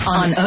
on